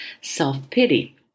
self-pity